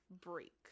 Break